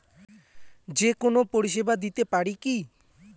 যে কোনো পরিষেবা দিতে পারি কি?